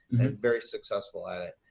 very successful at it.